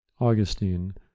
Augustine